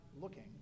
looking